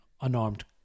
unarmed